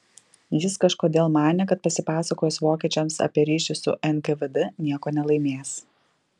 jis kažkodėl manė kad pasipasakojęs vokiečiams apie ryšį su nkvd nieko nelaimės